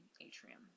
atrium